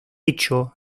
hecho